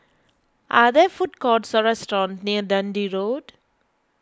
are there food courts or restaurants near Dundee Road